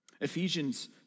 Ephesians